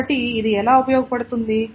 కాబట్టి ఇది ఎలా ఉపయోగపడుతుంది